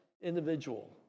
individual